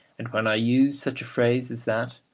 and when i use such a phrase as that,